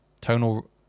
Tonal